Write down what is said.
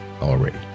already